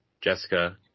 Jessica